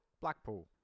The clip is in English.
Blackpool